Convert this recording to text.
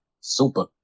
Super